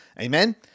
Amen